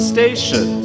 Station